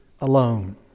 alone